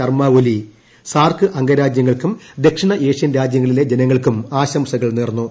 Sharma Oli SAARC അംഗരാജൃങ്ങൾക്കും ദക്ഷിണ Asian രാജൃങ്ങളിലെ ജനങ്ങൾക്കും ആശംസകൾ നേർന്നു